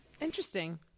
Interesting